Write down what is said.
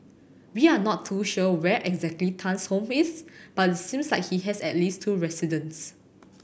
we are not too sure where exactly Tan's home is but it seems like he has at least two residences